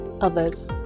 others